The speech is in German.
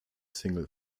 single